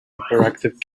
hyperactive